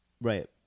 Right